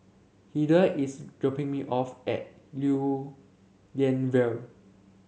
Hildur is dropping me off at Lew Lian Vale